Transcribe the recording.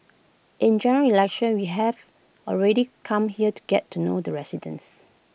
in General Election we have already come here to get to know the residents